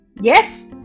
Yes